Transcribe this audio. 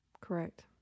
Correct